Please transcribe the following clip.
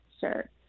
Sure